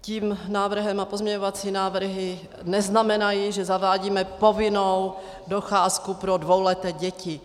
Tím návrhem a pozměňovací návrhy neznamenají, že zavádíme povinnou docházku pro dvouleté děti.